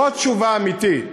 זאת התשובה האמיתית.